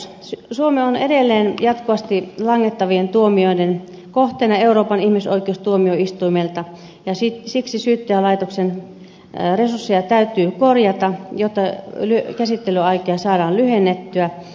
suomi on edelleen jatkuvasti langettavien tuomioiden kohteena euroopan ihmisoikeustuomioistuimelta siksi syyttäjälaitoksen resursseja täytyy korjata jotta käsittelyaikoja saadaan lyhennettyä